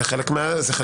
זה חלק מהעניין,